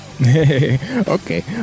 okay